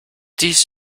dies